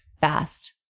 fast